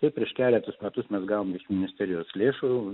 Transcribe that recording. taip prieš kelerius metus mes gavom ministerijos lėšų